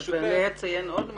אני אציין עוד משהו.